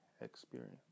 experience